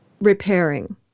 repairing